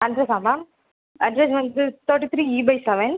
அட்ரஸா ma'am address வந்து thirty three E by seven